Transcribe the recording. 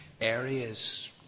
areas